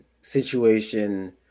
situation